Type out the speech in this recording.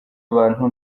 abantu